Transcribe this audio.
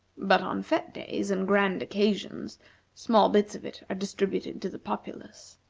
but on fete-days and grand occasions small bits of it are distributed to the populace.